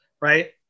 right